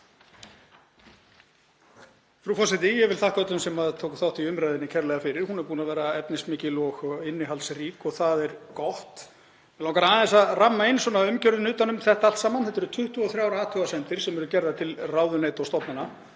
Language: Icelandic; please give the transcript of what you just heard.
Frú forseti. Ég vil þakka öllum sem tóku þátt í umræðunni kærlega fyrir, hún hefur verið efnismikil og innihaldsrík og það er gott. Mig langar aðeins að ramma inn umgjörðina utan um þetta allt saman. Þetta eru 23 athugasemdir sem eru gerðar til ráðuneyta og stofnana,